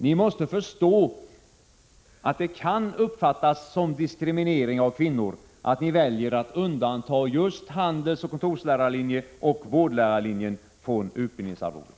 Ni måste förstå att det kan uppfattas som diskriminering av kvinnor att ni väljer att undanta just handelsoch kontorslärarlinjen samt vårdlärarlinjen från bestämmelsen om utbildningsarvode.